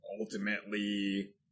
ultimately